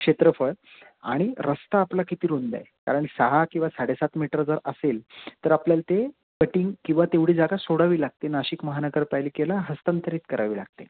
क्षेत्रफळ आणि रस्ता आपला किती रूंद आहे कारण सहा किंवा साडेसात मीटर जर असेल तर आपल्याला ते कटिंग किंवा तेवढी जागा सोडावी लागते नाशिक महानगरपालिकेला हस्तांतरित करावी लागते